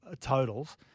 totals